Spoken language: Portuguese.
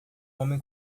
homem